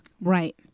Right